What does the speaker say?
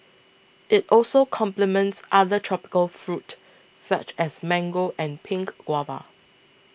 it also complements other tropical fruit such as mango and pink guava